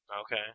Okay